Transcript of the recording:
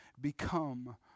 become